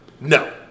No